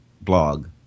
blog